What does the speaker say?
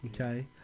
okay